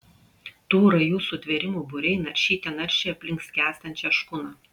tų rajų sutvėrimų būriai naršyte naršė aplink skęstančią škuną